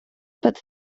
but